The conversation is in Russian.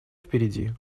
впереди